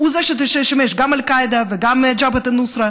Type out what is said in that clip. ששימש גם את אל-קאעידה וגם את ג'בהת אל נוסרה